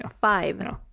Five